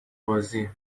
بازی